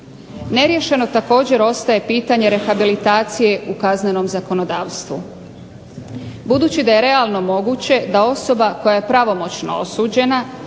Neriješeno također ostaje pitanje rehabilitacije u kaznenom zakonodavstvu. Budući da je realno moguće da osoba koja je pravomoćno osuđena,